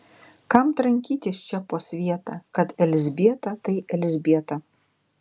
kam trankytis čia po svietą kad elzbieta tai elzbieta